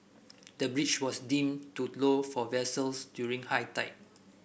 the bridge was deemed too low for vessels during high tide